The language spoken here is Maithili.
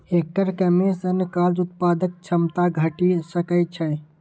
एकर कमी सं कार्य उत्पादक क्षमता घटि सकै छै